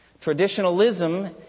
Traditionalism